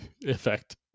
effect